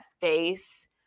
face